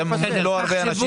אתם אומרים שזה לא הרבה אנשים.